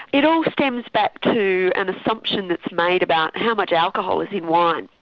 it all stems back to an assumption that's made about how much alcohol is in wine.